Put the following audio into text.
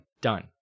done